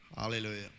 Hallelujah